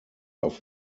auf